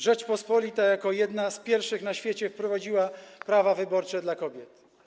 Rzeczpospolita jako jedna z pierwszych na świecie wprowadziła prawa wyborcze dla kobiet.